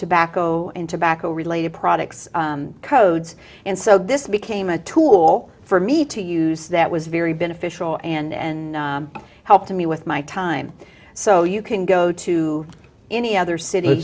to back o and tobacco related products codes and so this became a tool for me to use that was very beneficial and helped me with my time so you can go to any other city